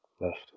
left